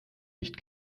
nicht